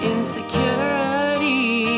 Insecurity